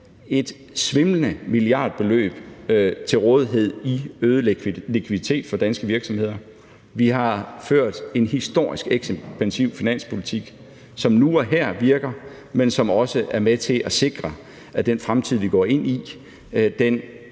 et svimlende milliardbeløb til rådighed i øget likviditet for danske virksomheder. Vi har ført en historisk ekspansiv finanspolitik, som nu og her virker, men som også er med til at sikre, at den fremtid, vi går ind i,